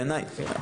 בעיניי.